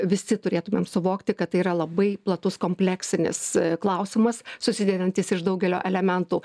visi turėtumėm suvokti kad tai yra labai platus kompleksinis klausimas susidedantis iš daugelio elementų